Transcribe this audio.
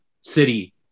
city